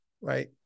right